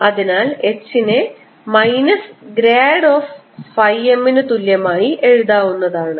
അതിനാൽ H നെ minus grad of phi M ന് തുല്യമായി എഴുതാവുന്നതാണ്